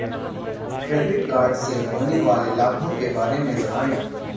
Credit card से होने वाले लाभों के बारे में बताएं?